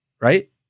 right